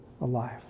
alive